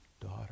daughter